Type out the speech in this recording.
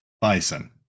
bison